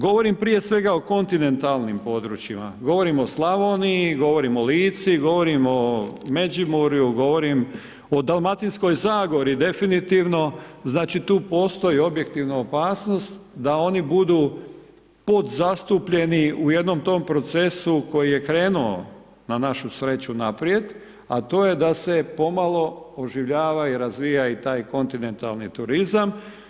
Govorim prije svega o kontinentalnim područjima, govorim o Slavoniji, govorim o Lici, govorim o Međimurju, govorim o Dalmatinskoj zagori definitivno, znači tu postoji objektivna opasnost da oni budu podzastupljeni u jednom tom procesu koji je krenuo na našu sreću naprijed a to je da se pomalo oživljava i razvija i taj kontinentalni turizam.